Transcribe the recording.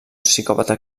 psicòpata